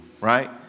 right